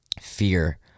fear